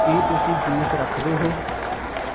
ਕੀ ਤੁਸੀਂ ਜੂਸ ਰੱਖਦੇ ਹੋ